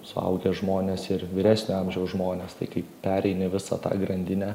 suaugę žmonės ir vyresnio amžiaus žmonės tai kai pereini visą tą grandinę